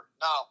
Now